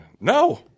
No